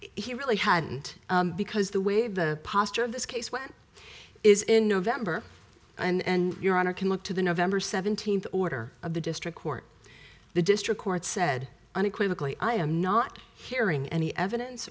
he really hadn't because the way the posture of this case went is in november and your honor can look to the november seventeenth order of the district court the district court said unequivocally i am not hearing any evidence